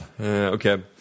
Okay